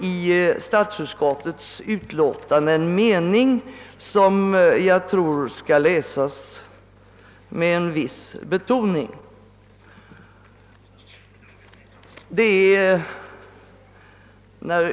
I statsutskottets utlåtande står en mening, som jag tror skall läsas med en viss betoning.